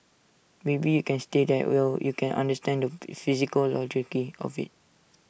maybe you can stay that well you can understand the psychology of IT